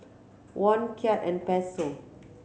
Won Kyat and Peso